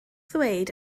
ddweud